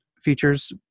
features